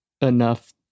enough